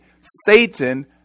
Satan